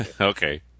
Okay